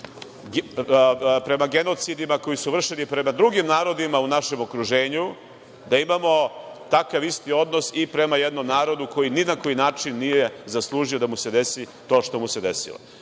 prema genocidima koji su vršeni prema drugim narodima u našem okruženju, da imamo takav isti odnos i prema jednom narodu koji ni na koji način nije zaslužio da mu se desi, to što mu se desilo.